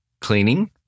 Cleaning